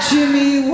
Jimmy